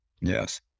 Yes